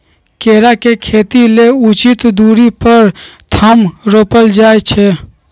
केरा के खेती लेल उचित दुरी पर थम रोपल जाइ छै